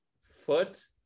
foot